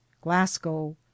glasgow